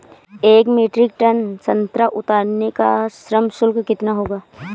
एक metric tonne संतरा उतारने का श्रम शुल्क कितना होगा?